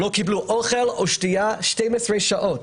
הם לא קיבלו אוכל או שתייה 12 שעות.